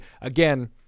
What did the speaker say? again